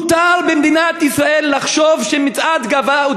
מותר במדינת ישראל לחשוב שמצעד גאווה הוא